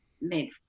made